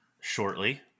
shortly